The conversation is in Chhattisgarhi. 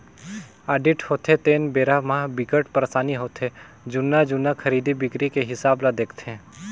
आडिट होथे तेन बेरा म बिकट परसानी होथे जुन्ना जुन्ना खरीदी बिक्री के हिसाब ल देखथे